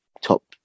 top